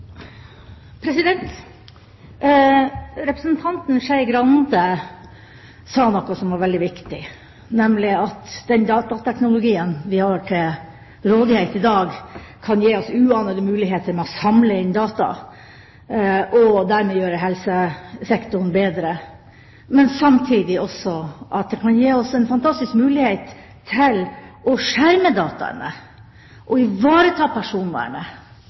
Representanten Skei Grande sa noe som var veldig viktig, nemlig at den datateknologien vi har til rådighet i dag, kan gi oss uanede muligheter med å samle inn data og dermed gjøre helsesektoren bedre, men at det også samtidig kan gi oss en fantastisk mulighet til å skjerme dataene og ivareta personvernet